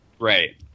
Right